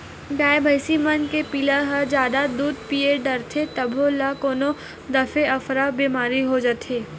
गाय भइसी मन के पिला ह जादा दूद पीय डारथे तभो ल कोनो दफे अफरा बेमारी हो जाथे